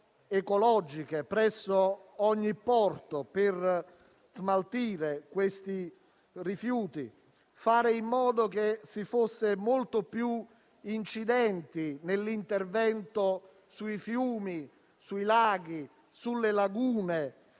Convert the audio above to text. ecologiche presso ogni porto per smaltire i rifiuti; fare in modo che si fosse molto più incisivi nell'intervento sui fiumi, sui laghi, sulle lagune,